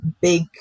big